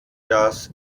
das